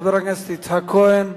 חבר הכנסת יצחק כהן.